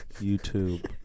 YouTube